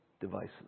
devices